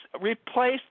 replace